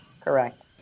Correct